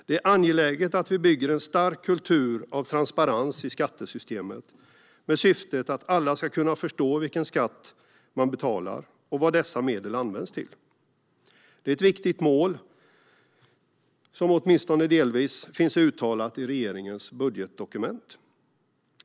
Det är angeläget att vi bygger en stark kultur av transparens i skattesystemet, med syftet att alla ska kunna förstå vilken skatt man betalar och vad dessa medel används till. Det är ett viktigt mål, som åtminstone delvis finns uttalat i regeringens budgetdokument.